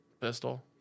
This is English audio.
Pistol